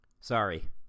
sorry